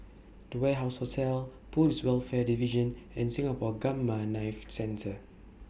The Warehouse Hotel Police Welfare Division and Singapore Gamma Knife Centre